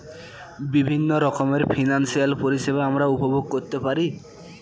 বিভিন্ন রকমের ফিনান্সিয়াল পরিষেবা আমরা উপভোগ করতে পারি